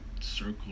circle